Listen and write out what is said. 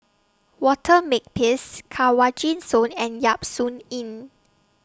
Walter Makepeace Kanwaljit Soin and Yap Su Yin